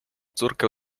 córkę